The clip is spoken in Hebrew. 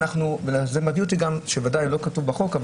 זה אמנם לא כתוב בחוק,